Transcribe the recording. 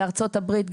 בארצות הברית,